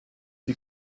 die